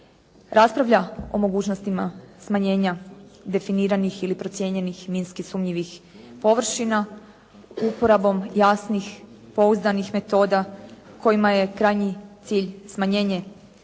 raspravlja o mogućnostima smanjenja definiranih ili procijenjenih minski sumnjivih površina, uporabom jasnih, pouzdanih metoda kojima je krajnji cilj smanjenje